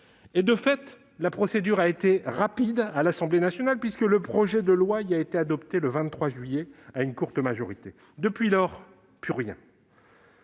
De fait, la procédure a été rapide à l'Assemblée nationale, puisque le projet de loi y a été adopté le 23 juillet suivant, à une courte majorité. Depuis lors, plus rien